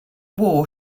war